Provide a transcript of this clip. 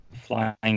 Flying